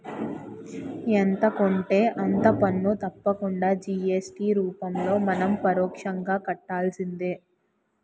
ఎంత కొంటే అంత పన్ను తప్పకుండా జి.ఎస్.టి రూపంలో మనం పరోక్షంగా కట్టాల్సిందే